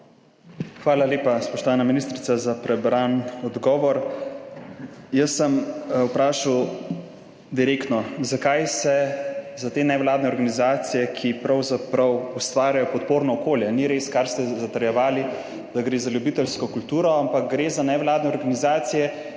Hvala lepa, spoštovana ministrica, za prebran odgovor. Jaz sem vprašal direktno, zakaj se za te nevladne organizacije, ki pravzaprav ustvarjajo podporno okolje, ni res, kar ste zatrjevali, da gre za ljubiteljsko kulturo, ampak gre za nevladne organizacije,